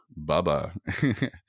bubba